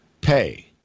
pay